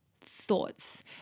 thoughts